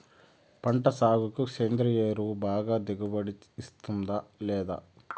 పంట సాగుకు సేంద్రియ ఎరువు బాగా దిగుబడి ఇస్తుందా లేదా